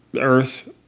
Earth